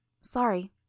Sorry